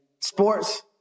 sports